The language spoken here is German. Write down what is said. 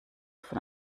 von